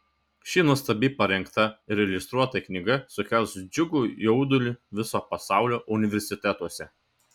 ši nuostabiai parengta ir iliustruota knyga sukels džiugų jaudulį viso pasaulio universitetuose